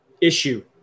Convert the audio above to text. issue